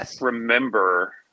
remember